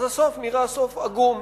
הסוף נראה סוף עגום.